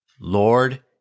Lord